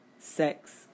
sex